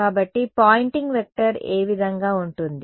కాబట్టి Poynting vector ఏ విధంగా ఉంటుంది